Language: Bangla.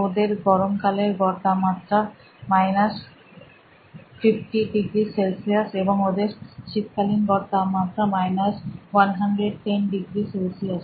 ওদের গরমকালের গড় তাপমাত্রা 50 ডিগ্রি সেলসিয়াস এবং ওদের শীতকালীন গড় তাপমাত্রা 110 ডিগ্রী সেলসিয়াস